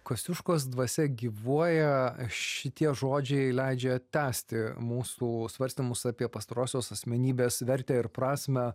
kosciuškos dvasia gyvuoja šitie žodžiai leidžia tęsti mūsų svarstymus apie pastarosios asmenybės vertę ir prasmę